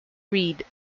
read